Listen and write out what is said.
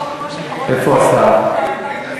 למה אין שר?